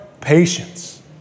patience